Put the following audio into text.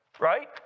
right